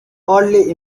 oddly